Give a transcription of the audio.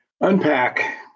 Unpack